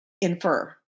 infer